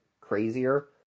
crazier